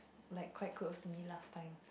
like quite close to me last time